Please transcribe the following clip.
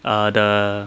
err the